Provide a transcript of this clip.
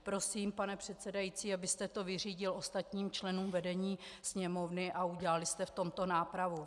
Prosím, pane předsedající, abyste to vyřídil ostatním členům vedení Sněmovny a udělali jste v tomto nápravu.